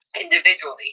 individually